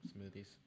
smoothies